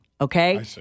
Okay